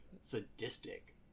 sadistic